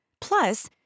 Plus